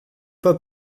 pas